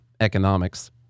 economics